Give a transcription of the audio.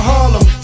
Harlem